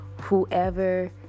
whoever